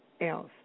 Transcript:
else